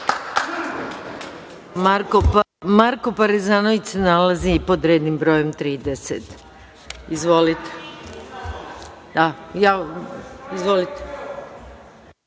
Marko Parezanović se nalazi pod rednim brojem 30.Reč